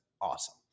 awesome